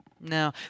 No